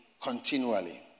continually